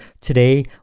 Today